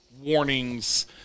warnings